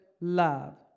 love